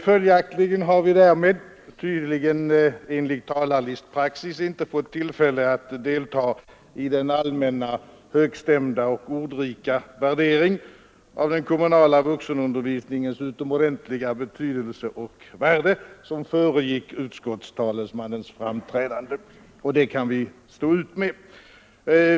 Följaktligen har vi enligt talarlistpraxis inte fått tillfälle att delta i den allmänna högstämda och ordrika värdering av den kommunala vuxenundervisningens utomordentliga betydelse och värde som föregick utskottstalesmannens framträdande, men det kan vi stå ut med.